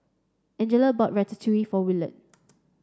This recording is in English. Angela bought Ratatouille for Williard